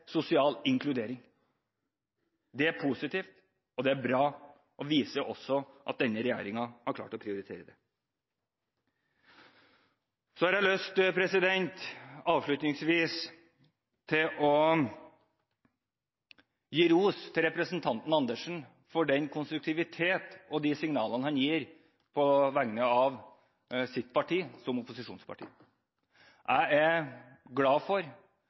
sosial inkludering. Det er positivt, og det er bra, og det viser også at denne regjeringen har klart å prioritere det. Avslutningsvis har jeg lyst til å gi ros til representanten Andersen for den konstruktiviteten og de signalene han gir på vegne av sitt parti som opposisjonsparti. Jeg er glad for